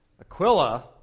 Aquila